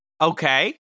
Okay